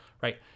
right